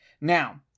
Now